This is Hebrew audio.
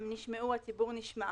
הציבור נשמע.